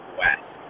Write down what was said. west